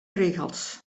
rigels